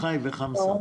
4.1